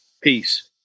Peace